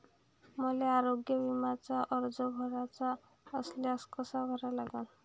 मले आरोग्य बिम्याचा अर्ज भराचा असल्यास कसा भरा लागन?